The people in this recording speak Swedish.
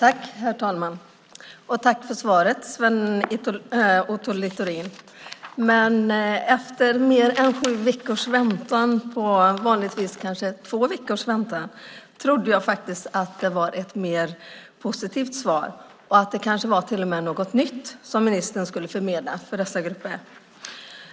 Herr talman! Tack för svaret, Sven Otto Littorin! Efter mer än sju veckors väntan i stället för vanligtvis kanske två veckors väntan trodde jag faktiskt att det skulle bli ett mer positivt svar och kanske till och med något nytt som ministern skulle förmedla för dessa grupper.